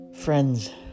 friends